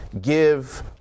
give